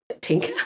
tinker